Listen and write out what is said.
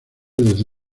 desde